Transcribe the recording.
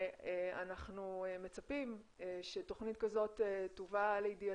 ואנחנו מצפים שתוכנית כזאת תובא לידיעתנו.